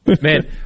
man